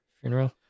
funeral